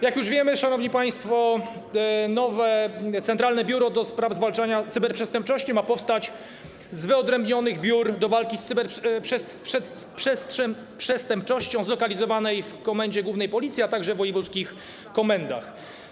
Jak już wiemy, szanowni państwo, nowe Centralne Biuro Zwalczania Cyberprzestępczości ma powstać z wyodrębnionych biur do walki z cyberprzestępczością zlokalizowanych w Komendzie Głównej Policji, a także w wojewódzkich komendach.